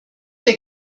der